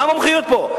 מה המומחיות פה?